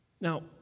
Now